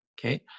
okay